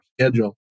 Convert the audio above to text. schedule